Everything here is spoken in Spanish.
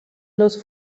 los